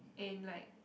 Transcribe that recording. in like